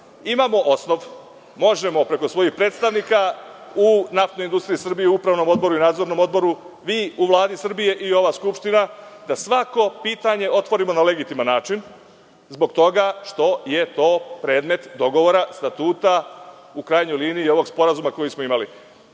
osnov, možemo preko svojih predstavnika u NIS-u, u Upravnom odboru i Nadzornom odboru, vi u Vladi Srbije i ova Skupština, da svako pitanje otvorimo na legitiman način, zbog toga što je to predmet dogovora, Statuta, u krajnjoj liniji i ovog sporazuma koji smo